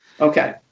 Okay